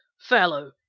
fellow